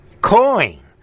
coin